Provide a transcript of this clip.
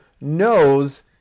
knows